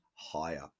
higher